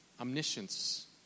omniscience